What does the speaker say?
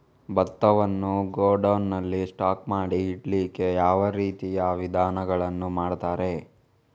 ಭತ್ತವನ್ನು ಗೋಡೌನ್ ನಲ್ಲಿ ಸ್ಟಾಕ್ ಮಾಡಿ ಇಡ್ಲಿಕ್ಕೆ ಯಾವ ರೀತಿಯ ವಿಧಾನಗಳನ್ನು ಮಾಡ್ತಾರೆ?